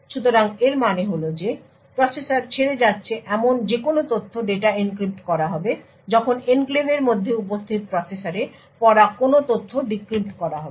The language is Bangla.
সুতরাং এর মানে হল যে প্রসেসর ছেড়ে যাচ্ছে এমন যেকোন তথ্য ডেটা এনক্রিপ্ট করা হবে যখন এনক্লেভের মধ্যে উপস্থিত প্রসেসরে পড়া কোনও তথ্য ডিক্রিপ্ট করা হবে